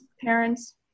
parents